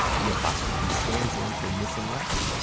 the apostrophe stands in for missing letters,